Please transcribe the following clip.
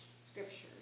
scriptures